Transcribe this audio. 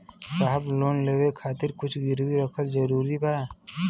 साहब लोन लेवे खातिर कुछ गिरवी रखल जरूरी बा?